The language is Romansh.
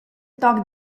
toc